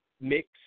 mix